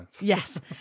Yes